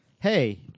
Hey